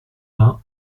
vingt